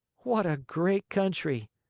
what a great country!